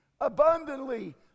abundantly